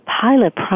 pilot